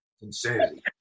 Insanity